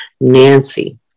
Nancy